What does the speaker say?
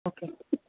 okay